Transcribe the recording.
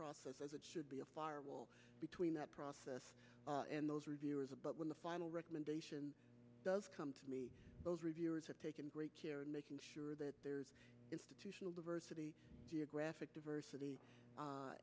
process as it should be a firewall between that process and those reviewers and but when the final recommendation does come to me those reviewers have taken great care in making sure that there's institutional diversity geographic diversity